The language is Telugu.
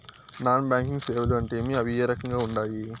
నాన్ బ్యాంకింగ్ సేవలు అంటే ఏమి అవి ఏ రకంగా ఉండాయి